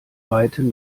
weitem